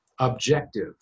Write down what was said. objective